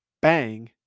Bang